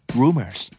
rumors